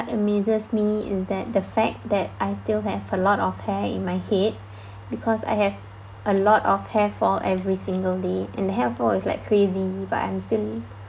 amazes me is that the fact that I still have a lot of hair in my head because I have a lot of hair fall every single day and hair fall is like crazy but I'm still